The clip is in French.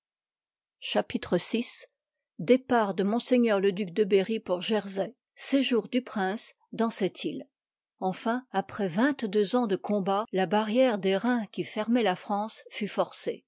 f départ de ms le duc de berry pour jersey séjour du prince dans cette ile enfin après vingt-deux ânà dé cotnbatâv la barrière d'airain qui fermoit la france fut forcée